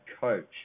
coach